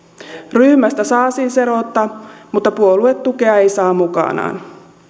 ryhmästä saa siis erota mutta puoluetukea ei saa mukanaan